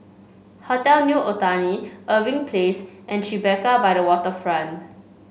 Hotel New Otani Irving Place and Tribeca by the Waterfront